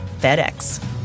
FedEx